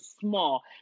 small